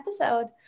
episode